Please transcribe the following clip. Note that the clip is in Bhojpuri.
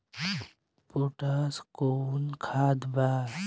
पोटाश कोउन खाद बा?